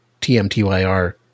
tmtyr